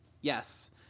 yes